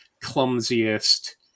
clumsiest